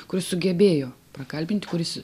kuris sugebėjo prakalbint kuris